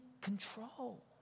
control